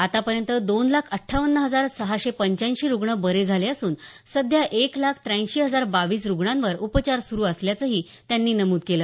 आतापर्यंत दोन लाख अठ्ठावन्न हजार सहाशे पंच्याऐंशी रुग्ण बरं झाले असून सध्या एक लाख त्याऐंशी हजार बावीस रुग्णांवर उपचार सुरू असल्याचंही त्यांनी नमूद केलं